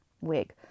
wig